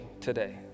today